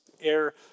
air